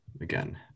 Again